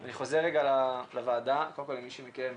אני חוזר לוועדה אם מישהו מכם,